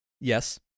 yes